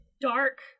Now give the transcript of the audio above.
dark